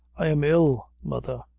i am ill, mother,